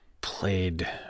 played